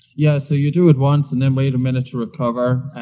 yeah, so you do it once, and then wait a minute to recover.